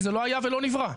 זה לא היה ולא נברא.